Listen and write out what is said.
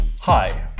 Hi